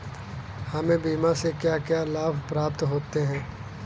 हमें बीमा से क्या क्या लाभ प्राप्त होते हैं?